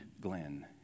Glenn